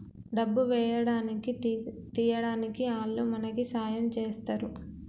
డబ్బు వేయడానికి తీయడానికి ఆల్లు మనకి సాయం చేస్తరు